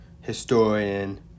historian